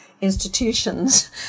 institutions